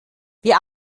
wir